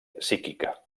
psíquica